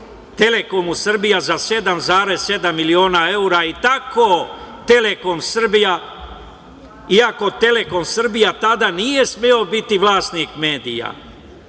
„Telekomu Srbija“ za 7,7 miliona evra i tako „Telekom Srbija“, iako „Telekom Srbija“ tada nije smeo biti vlasnik medija,